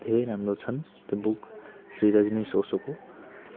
धेरै राम्रो छन् त्यो बुक श्री रजनीस् ओसोको